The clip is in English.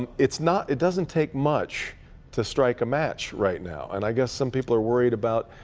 and it's not it doesn't take much to strike a match right now and i guess some people are worried about